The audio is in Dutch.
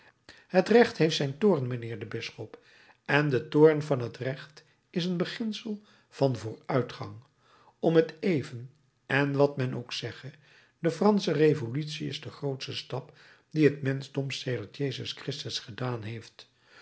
het recht heeft zijn toorn mijnheer de bisschop en de toorn van het recht is een beginsel van vooruitgang om t even en wat men ook zegge de fransche revolutie is de grootste stap dien het menschdom sedert jezus christus gedaan heeft een